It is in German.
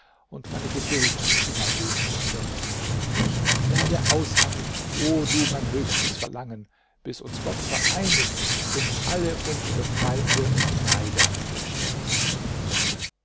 und meine geduld immer weniger wird ich werde ausharren o du mein höchstes verlangen bis uns gott vereinigt und alle unsere feinde und neider beschämt